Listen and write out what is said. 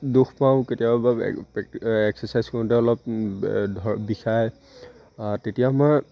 দুখ পাওঁ কেতিয়াবা বা এক্সাৰচাইজ কৰোঁতে অলপ ধৰ বিষায় তেতিয়া মই